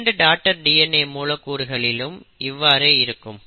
இரண்டு daughter DNA மூலக்கூறுகளிலும் இவ்வாறே இருக்கும்